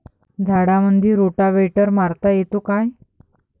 झाडामंदी रोटावेटर मारता येतो काय?